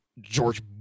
George